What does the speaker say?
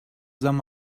zam